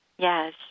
Yes